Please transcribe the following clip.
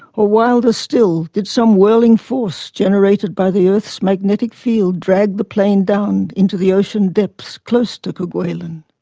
or wilder still did some whirling force generated by the earth's magnetic field drag the plane down into the ocean depths close to kerguelen?